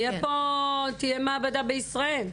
תהיה מעבדה בישראל.